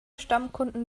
stammkunden